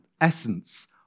essence